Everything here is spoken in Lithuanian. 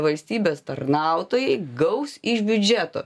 valstybės tarnautojai gaus iš biudžeto